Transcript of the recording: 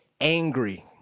angry